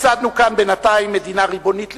יסדנו כאן בינתיים מדינה ריבונית לתפארת,